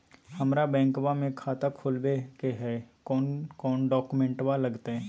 हमरा बैंकवा मे खाता खोलाबे के हई कौन कौन डॉक्यूमेंटवा लगती?